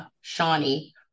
Shawnee